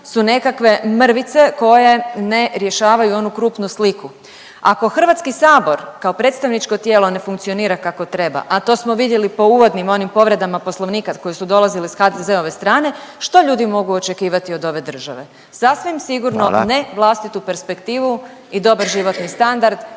su nekakve mrvice koje ne rješavaju onu krupnu sliku. Ako HS kao predstavničko tijelo ne funkcionira kako treba, a to smo vidjeli po uvodnim onim povredama Poslovnika koje su dolazile s HDZ-ove strane, što ljudi mogu očekivati od ove države? Sasvim sigurno ne… .../Upadica: Hvala./... vlastitu perspektivu i dobar životni standard,